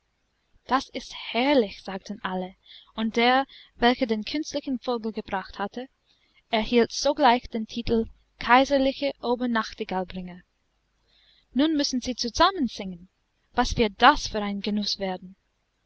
das ist herrlich sagten alle und der welcher den künstlichen vogel gebracht hatte erhielt sogleich den titel kaiserlicher obernachtigallbringer nun müssen sie zusammen singen was wird das für ein genuß werden